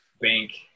bank